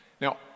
Now